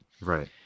Right